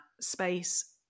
space